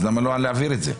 אז למה לא להעביר את זה,